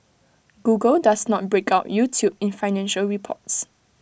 Google does not break out YouTube in financial reports